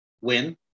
win